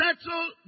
settle